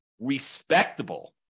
respectable